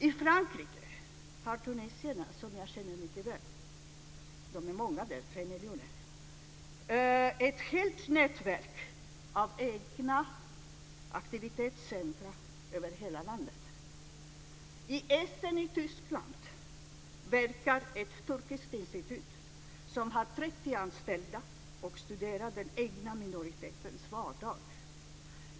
I Frankrike har tunisierna, som jag känner mycket väl - de är många där, tre miljoner - ett helt nätverk av egna aktivitetscentrum över hela landet. I Essen i Tyskland verkar ett turkiskt institut som har 30 anställda och studerar den egna minoritetens vardag.